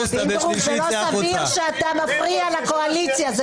לא סביר שאתה מפריע לקואליציה.